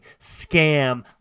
scam